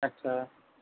ਅੱਛਾ